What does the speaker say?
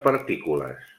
partícules